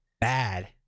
bad